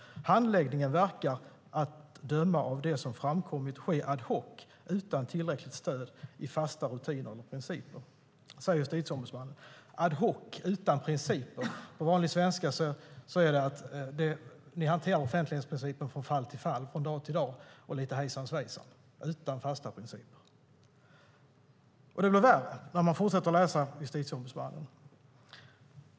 Handläggningen verkar att döma av det som framkommit ske ad hoc, utan tillräckligt stöd i fasta rutiner eller principer." Det säger Justitieombudsmannen. Ad hoc och utan principer betyder på vanlig svenska att ni hanterar offentlighetsprincipen från fall till fall, från dag till dag och lite hejsan svejsan utan fasta principer. Det blir ännu värre när man fortsätter läsa vad Justitieombudsmannen skriver.